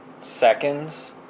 seconds